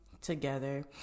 together